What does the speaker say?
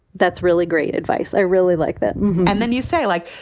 that's really great advice. i really like that and then you say, like,